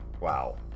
Wow